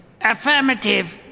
Affirmative